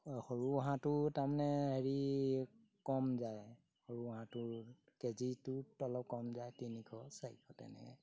সৰু হাঁহটো তাৰমানে হেৰি কম যায় সৰু হাঁহটোৰ কেজিটোত অলপ কম যায় তিনিশ চাৰিশ তেনেকৈ